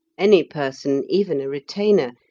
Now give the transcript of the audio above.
any person, even a retainer,